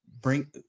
bring